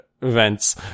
events